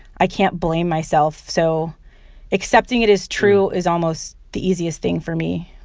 i can't blame myself. so accepting it as true is almost the easiest thing for me